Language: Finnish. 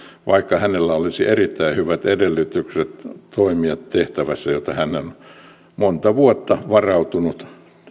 vaikka hänellä olisi erittäin hyvät edellytykset toimia tehtävässä johon hän on monta vuotta varautunut